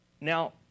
Now